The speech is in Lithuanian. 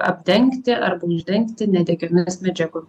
apdengti arba uždengti nedegiomis medžiagomis